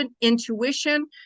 intuition